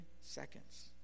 seconds